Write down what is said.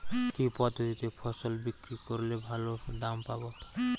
কি পদ্ধতিতে ফসল বিক্রি করলে ভালো দাম পাব?